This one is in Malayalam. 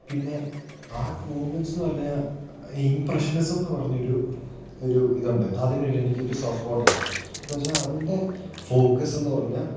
പിന്നെ ആർട്ട് മൂവ്മെൻറ്സ് എന്ന് പറഞ്ഞാൽ ഇംപ്രഷനിസം എന്ന് പറഞ്ഞൊരു ഒരു ഇതുണ്ട് അതിനും ഒരു എനിക്കൊരു സോഫ്റ്റ് സ്പോട്ടൊണ്ട് എന്ന് വെച്ചാൽ അതിൻ്റെ ഫോക്കസ് എന്ന് പറഞ്ഞാൽ